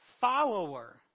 follower